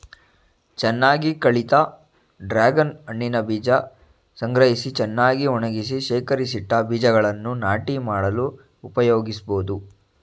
ಚೆನ್ನಾಗಿ ಕಳಿತ ಡ್ರಾಗನ್ ಹಣ್ಣಿನ ಬೀಜ ಸಂಗ್ರಹಿಸಿ ಚೆನ್ನಾಗಿ ಒಣಗಿಸಿ ಶೇಖರಿಸಿಟ್ಟ ಬೀಜಗಳನ್ನು ನಾಟಿ ಮಾಡಲು ಉಪಯೋಗಿಸ್ಬೋದು